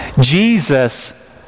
Jesus